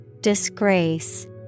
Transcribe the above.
Disgrace